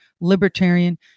Libertarian